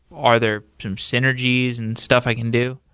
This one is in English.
are there some synergies and stuff i can do?